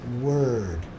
word